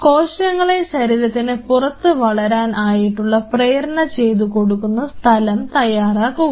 കോശങ്ങളെ ശരീരത്തിന് പുറത്ത് വളരാൻ ആയിട്ടുള്ള പ്രേരണ ചെയ്തു കൊടുക്കുന്ന സ്ഥലം തയ്യാറാക്കുക